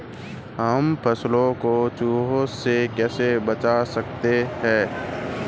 हम फसलों को चूहों से कैसे बचा सकते हैं?